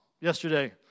yesterday